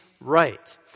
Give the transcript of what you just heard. right